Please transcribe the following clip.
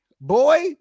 boy